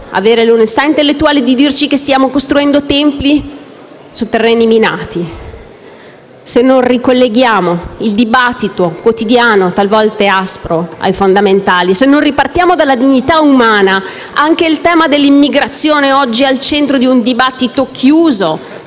però, l'onestà intellettuale di dirci che stiamo costruendo templi su terreni minati, se non ricolleghiamo il dibattito quotidiano, talvolta aspro, ai fondamentali. Se non ripartiamo dalla dignità umana, anche il tema dell'immigrazione, oggi al centro di un dibattito chiuso